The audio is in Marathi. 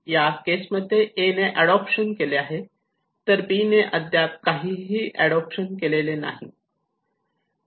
या केस मध्ये ' ए' ने अडोप्शन केले आहे तर 'बी' ने अद्याप अडोप्शन केले नाही